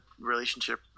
relationship